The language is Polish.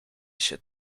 się